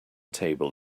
table